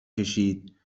کشید